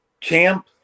Champ